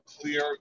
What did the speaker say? Clear